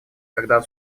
когда